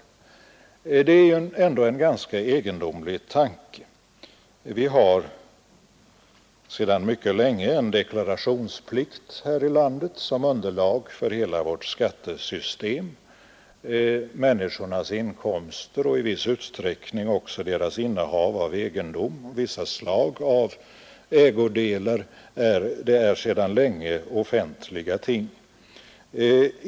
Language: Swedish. Det är ändå en egendomlig tanke. Vi har sedan mycket länge en deklarationsplikt här i landet som underlag för hela vårt skattesystem. Människornas inkomster och i viss utsträckning också deras innehav av vissa slag av ägodelar skall sedan länge redovisas.